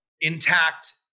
intact